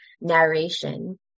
narration